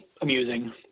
amusing